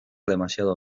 demasiado